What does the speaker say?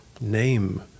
name